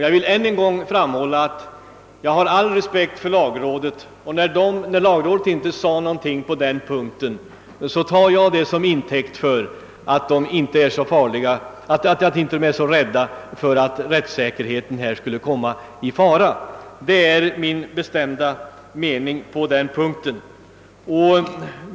Jag vill än en gång framhålla, att jag har all respekt för lagrådet och när det inte sade något på den punkten tar jag det som intäkt för att dess ledamöter inte är rädda för att rättssäkerheten skall komma i fara. Det är min bestämda uppfattning härvidlag.